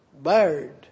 bird